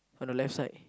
for the left side